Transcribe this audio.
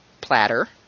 platter